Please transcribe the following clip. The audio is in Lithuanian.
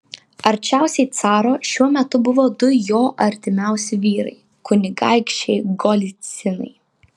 arčiausiai caro šiuo metu buvo du jo artimiausi vyrai kunigaikščiai golycinai